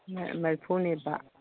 ꯃꯔꯤꯐꯨꯅꯦꯕ